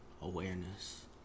awareness